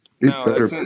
No